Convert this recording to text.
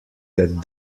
that